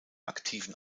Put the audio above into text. aktiven